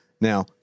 Now